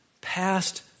past